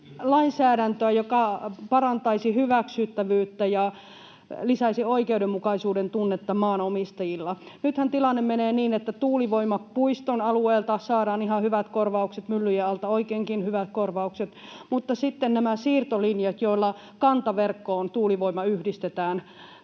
lainsäädäntöä, joka parantaisi hyväksyttävyyttä ja lisäisi maanomistajien oikeudenmukaisuuden tunnetta. Nythän tilanne menee niin, että tuulivoimapuiston alueelta saadaan ihan hyvät korvaukset myllyjen alta, oikeinkin hyvät korvaukset, mutta sitten näitten siirtolinjojen, joilla tuulivoima yhdistetään